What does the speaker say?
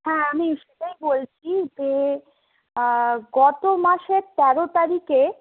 হ্যাঁ আমি সেটাই বলছি যে গতমাসের তেরো তারিখে